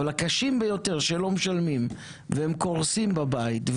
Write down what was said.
אבל הקשים ביותר שלא משלמים והם קורסים בבית,